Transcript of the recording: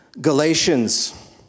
Galatians